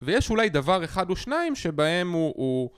ויש אולי דבר אחד או שניים שבהם הוא הוא...